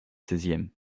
seizième